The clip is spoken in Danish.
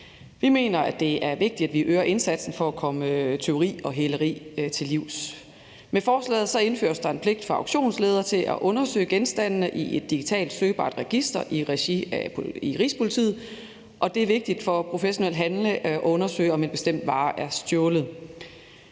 Vi mener, at det er vigtigt, at vi øger indsatsen for at komme tyveri og hæleri til livs. Med forslaget indføres der en pligt for auktionsledere til at undersøge genstandene i et digitalt søgbart register i regi af Rigspolitiet, og det er vigtigt for professionelle handlende at undersøge, om en bestemt vare er stjålet.